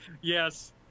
Yes